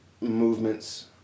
movements